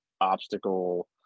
obstacle